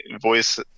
voice